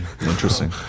Interesting